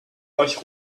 euch